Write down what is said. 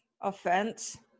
offense